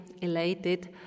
elated